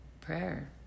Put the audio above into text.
prayer